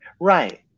Right